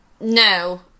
no